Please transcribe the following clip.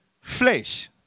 flesh